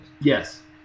Yes